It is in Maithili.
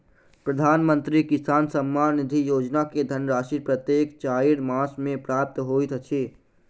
प्रधानमंत्री किसान सम्मान निधि योजना के धनराशि प्रत्येक चाइर मास मे प्राप्त होइत अछि